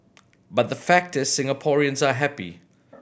but the fact is Singaporeans are happy